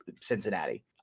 Cincinnati